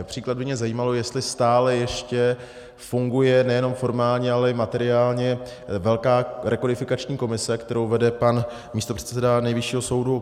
Například by mě zajímalo, jestli stále ještě funguje nejenom formálně, ale i materiálně velká rekodifikační komise, kterou vede pan místopředseda Nejvyššího soudu Fiala.